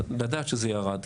אבל לדעת שזה ירד,